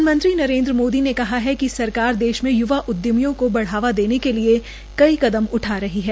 प्रधानमंत्री नरेनद्र मोदी ने कहा है कि सरकार देश में युवा उदयमियों को बढ़ावा देने के लिए कई कदम उठा रही है